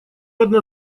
одна